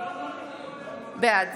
בעד